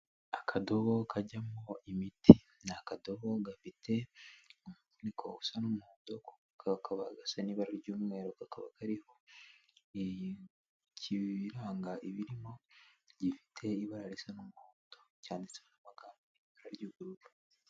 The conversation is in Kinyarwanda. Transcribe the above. Akadobo kajyamo imiti. Ni akadobo gafite umufuniko usa n'umuhondo ka kaba gasa n'ibara ry'umweru kakaba kariho ikiranga ibirimo gifite ibara risa n'umuhondo cyanditseho amagambo mu ibara ry'ubururu.